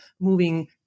moving